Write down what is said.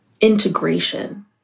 integration